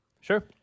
Sure